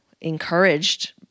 encouraged